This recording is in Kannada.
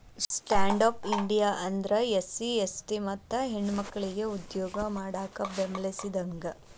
ಸ್ಟ್ಯಾಂಡ್ಪ್ ಇಂಡಿಯಾ ಅಂದ್ರ ಎಸ್ಸಿ.ಎಸ್ಟಿ ಮತ್ತ ಹೆಣ್ಮಕ್ಕಳಿಗೆ ಉದ್ಯೋಗ ಮಾಡಾಕ ಬೆಂಬಲಿಸಿದಂಗ